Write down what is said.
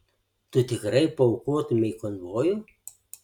tu tikrai paaukotumei konvojų